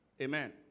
Amen